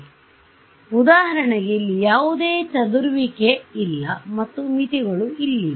ಆದ್ದರಿಂದ ಉದಾಹರಣೆಗೆ ಇಲ್ಲಿ ಯಾವುದೇ ಚದುರುವಿಕೆ ಇಲ್ಲ ಮತ್ತು ಮಿತಿಗಳು ಇಲ್ಲಿವೆ